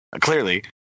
clearly